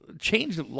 changed